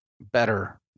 better